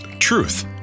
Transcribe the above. Truth